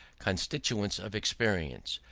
constituents of experience,